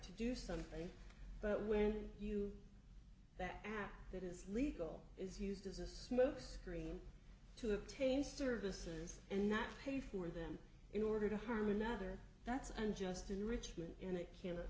to do something but when you that app that is legal is used as a smoke screen to obtain services and not pay for them in order to harm another that's an just enrichment and